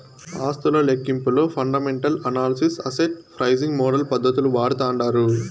ఆస్తుల లెక్కింపులో fundamental analysis, asset pricing model పద్దతులు వాడతాండారు